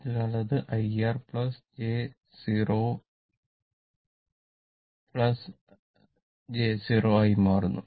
അതിനാൽ അത് IR j 0 1 j 0 ആയി മാറുന്നു